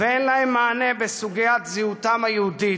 ואין להם מענה בסוגיית זהותם היהודית,